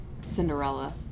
Cinderella